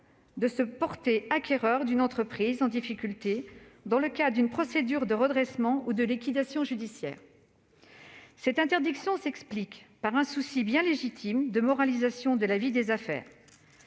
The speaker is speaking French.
de se porter acquéreurs dans le cadre d'une procédure de redressement ou de liquidation judiciaire. Cette interdiction s'explique par un souci bien légitime de moralisation de la vie des affaires.